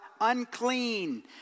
unclean